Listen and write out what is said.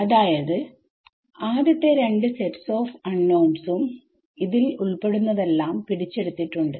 അതായത് ആദ്യത്തെ രണ്ട് സെറ്റ്സ് ഓഫ് അണ്നോൺസും ൽ ഉൾപ്പെടുന്നതെല്ലാം പിടിച്ചെടുത്തിട്ടുണ്ട്